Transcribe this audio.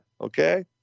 okay